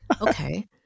okay